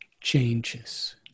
changes